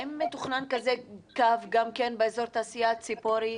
האם מתוכנן כזה קו גם באזור התעשייה ציפורי,